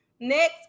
Next